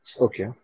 Okay